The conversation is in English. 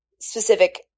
specific